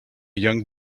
young